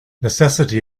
necessity